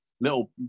little